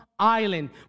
island